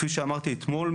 כפי שאמרתי אתמול,